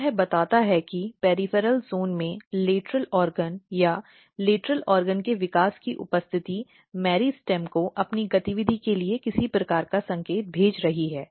तो यह बताता है कि पॅरिफ़ॅरॅल ज़ोन में लेटरल अंग या लेटरल अंग के विकास की उपस्थिति मेरिस्टेम को अपनी गतिविधि के लिए किसी प्रकार का संकेत भेज रही है